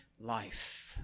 life